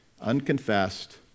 unconfessed